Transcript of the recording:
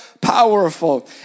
powerful